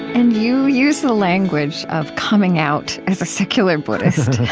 and you use the language of coming out as a secular buddhist.